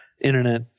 internet